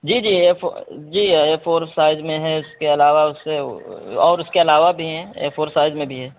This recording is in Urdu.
جی جی اے فو جی اے فور سائز میں ہے اس کے علاوہ اس کے اور اس کے علاوہ بھی ہیں اے فور سائز میں بھی ہے